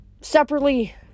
Separately